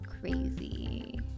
Crazy